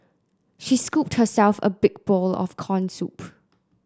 she scooped herself a big bowl of corn soup